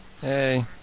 Hey